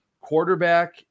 quarterback